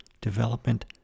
development